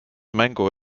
mängu